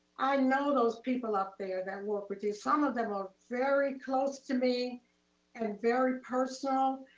i know those people up there that will produce, some of them are very close to me and very personal.